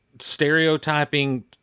stereotyping